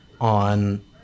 on